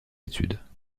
études